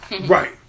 Right